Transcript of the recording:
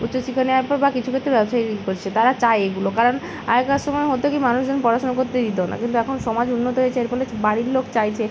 উচ্চশিক্ষা নেওয়ার পর বা কিছু ক্ষেত্রে ব্যবসায় ঋণ করছে তারা চায় এগুলো কারণ আগেকার সময় হতো কী মানুষজন পড়াশোনা করতে দিতো না কিন্তু এখন সমাজ উন্নত হয়েছে এর ফলে বাড়ির লোক চাইছে